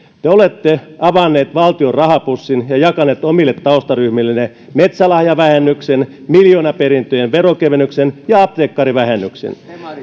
te olette avanneet valtion rahapussin ja jakaneet omille taustaryhmillenne metsälahjavähennyksen miljoonaperintöjen veronkevennyksen ja apteekkarivähennyksen